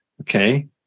okay